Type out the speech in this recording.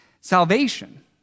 Salvation